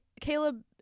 Caleb